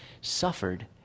suffered